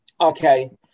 Okay